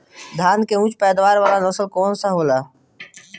धान में उच्च पैदावार वाला नस्ल कौन सा होखेला?